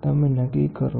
તે નક્કર હોઈ શકે છે